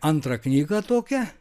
antrą knygą tokią